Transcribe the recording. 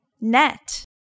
Net